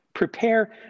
Prepare